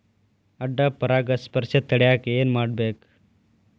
ಅಡ್ಡ ಪರಾಗಸ್ಪರ್ಶ ತಡ್ಯಾಕ ಏನ್ ಮಾಡ್ಬೇಕ್?